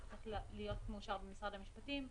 זה צריך להיות מאושר במשרד המשפטים,